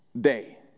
day